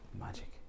Magic